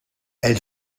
elle